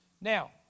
Now